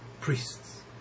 priest's